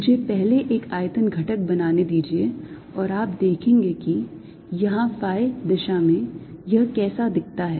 मुझे पहले एक आयतन घटक बनाने दीजिए और आप देखेंगे कि यहां phi दिशा में यह कैसा दिखता है